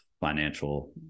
financial